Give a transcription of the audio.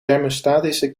thermostatische